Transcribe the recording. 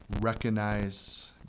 recognize